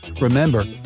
Remember